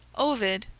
ovid,